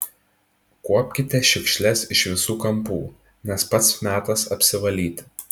kuopkite šiukšles iš visų kampų nes pats metas apsivalyti